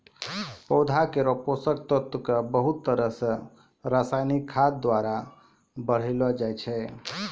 पौधा केरो पोषक तत्व क बहुत तरह सें रासायनिक खाद द्वारा बढ़ैलो जाय छै